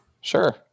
Sure